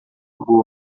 favor